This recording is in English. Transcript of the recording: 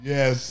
Yes